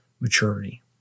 maturity